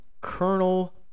Colonel